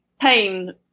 pain